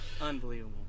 Unbelievable